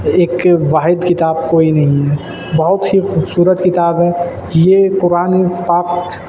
ایک واحد کتاب کوئی نہیں ہے بہت سی خوبصورت کتاب ہے یہ قرآن پاک